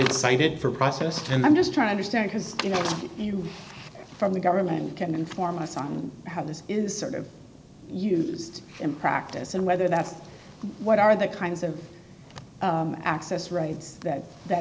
you cited for process and i'm just trying to start because you know you from the government can inform us on how this is sort of used in practice and whether that's what are the kinds of access rights that that